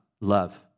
love